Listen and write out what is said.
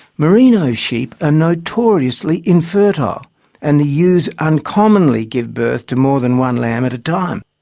merino sheep are notoriously infertile and the ewes uncommonly give birth to more than one lamb at a time.